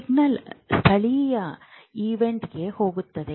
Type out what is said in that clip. signal ಸ್ಥಳೀಯ ಈವೆಂಟ್ಗೆ ಹೋಗುತ್ತದೆ